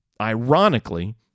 Ironically